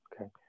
Okay